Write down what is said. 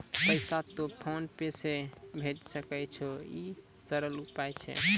पैसा तोय PhonePe से भैजै सकै छौ? ई सरल उपाय छै?